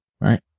Right